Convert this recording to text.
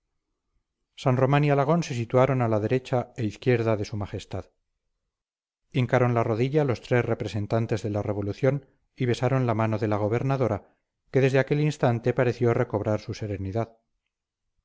san román y alagón se situaron a derecha e izquierda de su majestad hincaron la rodilla los tres representantes de la revolución y besaron la mano de la gobernadora que desde aquel instante pareció recobrar su serenidad